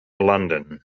london